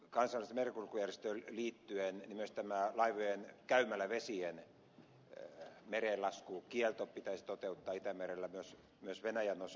kaisa kansainväliseen merenkulkujärjestöön liittyen myös tämä laivojen käymälävesien mereen laskun kielto pitäisi toteuttaa itämerellä myös venäjän osalta